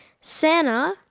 Santa